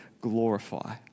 glorify